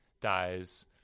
dies